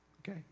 Okay